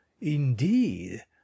indeed